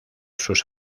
sus